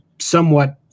somewhat